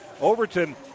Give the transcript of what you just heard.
Overton